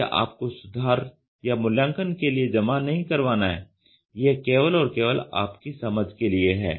यह आपको सुधार या मूल्यांकन के लिए जमा नहीं करवाना है यह केवल और केवल आपकी समझ के लिए है